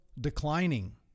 declining